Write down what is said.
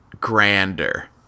grander